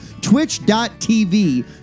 Twitch.tv